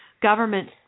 government